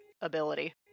ability